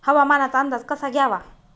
हवामानाचा अंदाज कसा घ्यावा?